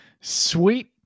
sweet